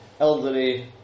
elderly